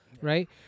Right